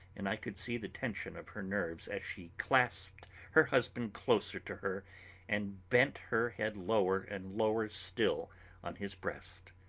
and i could see the tension of her nerves as she clasped her husband closer to her and bent her head lower and lower still on his breast.